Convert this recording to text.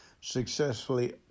successfully